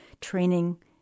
training